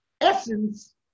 Essence